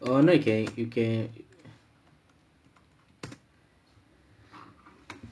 oh no you can you can